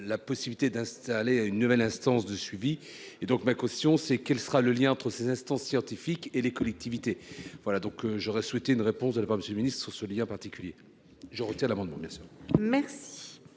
la possibilité d'installer une nouvelle instance de suivi et donc ma caution c'est quel sera le lien entre ces instances scientifiques et les collectivités voilà donc j'aurais souhaité une réponse de la part Monsieur le Ministre, ce lien particulier je retire l'amendement bien sûr.